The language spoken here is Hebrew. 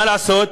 מה לעשות,